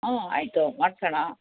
ಹಾಂ ಆಯಿತು ಮಾಡ್ಸೋಣ